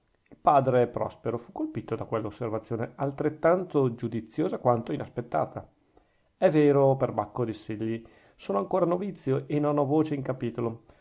padre prospero fu colpito da quella osservazione altrettanto giudiziosa quanto inaspettata è vero perbacco diss'egli sono ancora novizio e non ho voce in capitolo